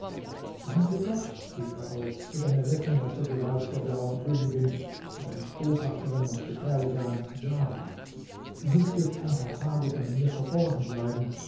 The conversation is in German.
danke gott rief er aus für deine rettung aus der gewalt der blauen königin und der noch boshaftern und gefährlichern djarda du mußt jetzt ein paar tage bei mir verborgen bleiben